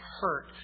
hurt